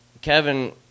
Kevin